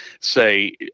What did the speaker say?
say